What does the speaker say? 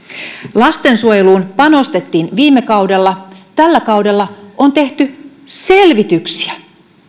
lastensuojeluun panostettiin viime kaudella tällä kaudella on tehty selvityksiä